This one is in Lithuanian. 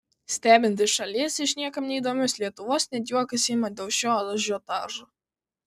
stebint iš šalies iš niekam neįdomios lietuvos net juokas ima dėl šio ažiotažo